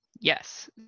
Yes